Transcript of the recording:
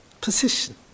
position